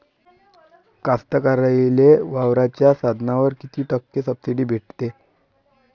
कास्तकाराइले वावराच्या साधनावर कीती टक्के सब्सिडी भेटते?